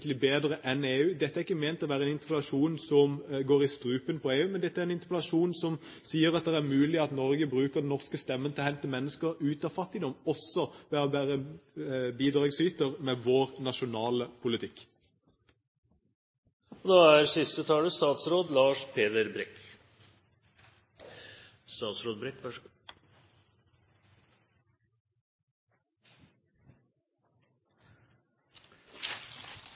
vesentlig bedre enn EU. Dette er ikke ment å være en interpellasjon som går i strupen på EU. Dette er en interpellasjon som sier at det er mulig at Norge bruker den norske stemmen til å hente mennesker ut av fattigdom, også ved å være bidragsyter med vår nasjonale politikk. Jeg takker for debatten. Jeg synes det har vært interessant. Jeg synes det er